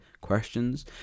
questions